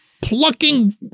plucking